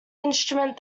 instrument